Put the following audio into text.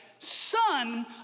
Son